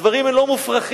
הדברים האלה לא מופרכים.